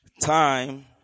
time